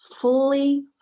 fully